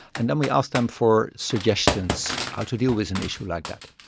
and then we ask them for suggestions, how to deal with an issue like that.